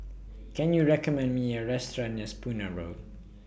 Can YOU recommend Me A Restaurant near Spooner Road